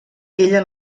ella